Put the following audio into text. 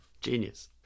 Genius